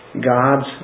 God's